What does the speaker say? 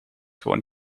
gewoon